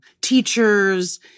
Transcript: Teachers